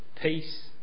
peace